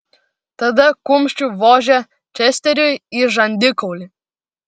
tada kumščiu vožė česteriui į žandikaulį